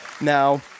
Now